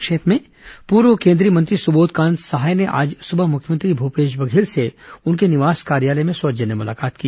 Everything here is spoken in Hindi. संक्षिप्त समाचार पूर्व केन्द्रीय मंत्री सुबोधकांत सहाय ने आज सुबह मुख्यमंत्री भूपेश बघेल से उनके निवास कार्यालय में सौजन्य मुलाकात की